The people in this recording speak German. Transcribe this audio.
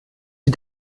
die